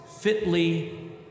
fitly